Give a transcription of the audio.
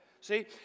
See